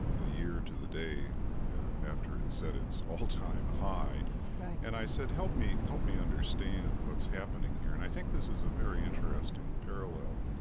a year to the day after it set its all-time high right and i said, help me. help me understand what's happening here and i think this is a very interesting parallel.